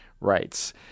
rights